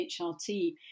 HRT